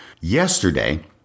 yesterday